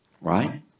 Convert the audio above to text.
Right